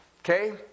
okay